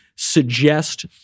suggest